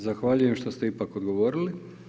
Zahvaljujem što ste ipak odgovorili.